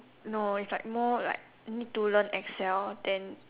no it's like more like need to learn Excel then